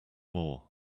more